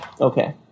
Okay